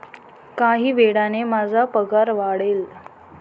काही वेळाने माझा पगार वाढेल